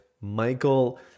Michael